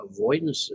avoidances